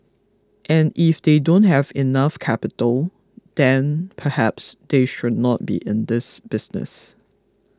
and if they don't have enough capital then perhaps they should not be in this business